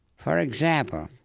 for example,